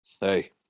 hey